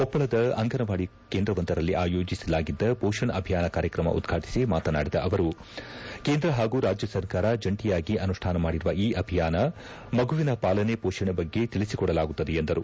ಕೊಪ್ಪಳದ ಅಂಗನವಾಡಿ ಕೇಂದ್ರವೊಂದರಲ್ಲಿ ಆಯೋಜಿಸಲಾಗಿದ್ದ ಪೋಷಣ್ ಅಭಿಯಾನ ಕಾರ್ಯಕ್ರಮ ಉದ್ಘಾಟಿಸಿ ಮಾತನಾಡಿದ ಅವರು ಕೇಂದ್ರ ಹಾಗೂ ರಾಜ್ಯ ಸರಕಾರ ಜಂಟಿಯಾಗಿ ಅನುಷ್ಠಾನ ಮಾಡಿರುವ ಈ ಅಭಿಯಾನದಲ್ಲಿ ಮಗುವಿನ ಪಾಲನೆ ಪೋಷಣೆ ಬಗ್ಗೆ ತಿಳಿಸಿಕೊಡಲಾಗುತ್ತೆ ಎಂದರು